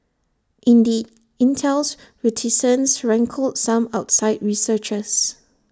indeed Intel's reticence rankled some outside researchers